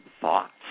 thoughts